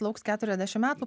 lauks keturiasdešim metų